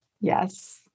Yes